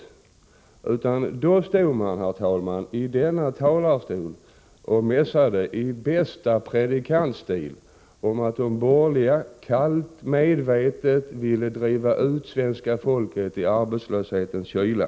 Då stod socialdemokraterna, herr talman, i denna talarstol och mässade i bästa predikantstil om att de borgerliga medvetet ville driva ut svenska folket i arbetslöshetens kyla.